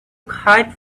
kite